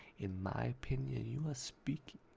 in my opinion you are speaking,